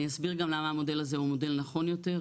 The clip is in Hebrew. אסביר גם למה המודל הזה הוא מודל נכון יותר,